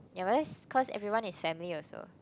ya but that's cause everyone is family also